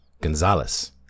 gonzalez